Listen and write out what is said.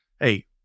Hey